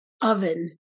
oven